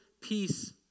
peace